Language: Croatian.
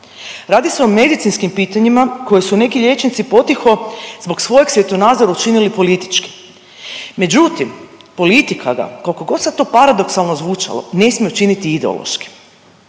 Radi se o medicinskim pitanjima koje su neki liječnici potiho zbog svojeg svjetonazora učinili političkim. Međutim, politika ga koliko god to sada paradoksalno zvučalo ne smije učiniti ideološkim.